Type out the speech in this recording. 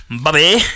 Bobby